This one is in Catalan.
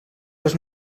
les